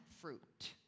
fruit